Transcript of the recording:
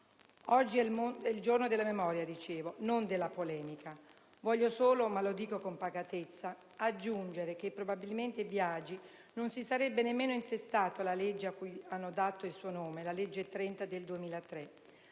Oggi è il giorno della memoria, dicevo, non della polemica. Voglio solo - ma lo dico con pacatezza - aggiungere che probabilmente Biagi non si sarebbe nemmeno intestato la legge a cui hanno dato il suo nome, la n. 30 del 2003.